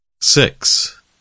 Six